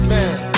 Man